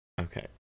Okay